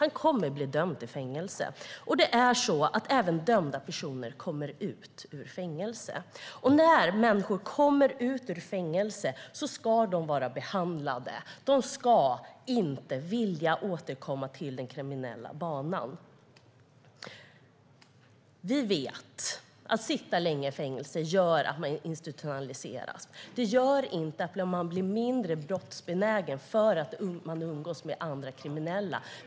Han kommer att bli dömd till fängelse. Även dömda personer kommer ut ur fängelse. När människor kommer ut ur fängelse ska de vara behandlade. De ska inte vilja återkomma till den kriminella banan. Vi vet att man institutionaliseras av att sitta länge i fängelse. Man blir inte mindre brottsbenägen för att man umgås med andra kriminella.